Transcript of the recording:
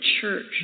church